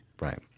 Right